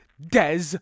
Des